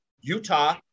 Utah